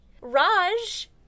Raj